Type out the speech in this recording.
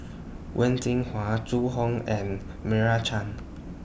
Wen Jinhua Zhu Hong and Meira Chand